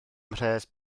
mhres